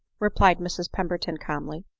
replied mrs pemberton calmly.